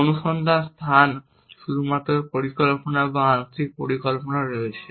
অনুসন্ধান স্থান শুধুমাত্র পরিকল্পনা বা আংশিক পরিকল্পনা রয়েছে